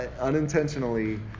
unintentionally